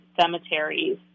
cemeteries